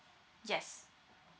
yes